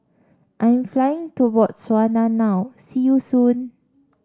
I am flying to Botswana now see you soon